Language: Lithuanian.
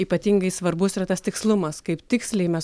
ypatingai svarbus yra tas tikslumas kaip tiksliai mes